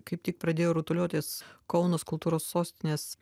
kaip tik pradėjo rutuliotis kaunas kultūros sostinės